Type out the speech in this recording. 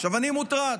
אני מוטרד.